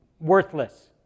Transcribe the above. worthless